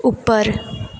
ઉપર